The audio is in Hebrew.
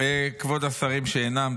כבוד השרים שאינם,